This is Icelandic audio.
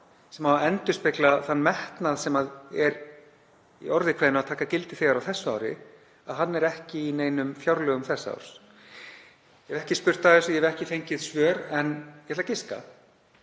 sem á að endurspegla þann metnað sem tekur í orði kveðnu gildi þegar á þessu ári, er ekki á neinum fjárlögum þessa árs. Ég hef ekki spurt að þessu. Ég hef ekki fengið svör en ég ætla giska.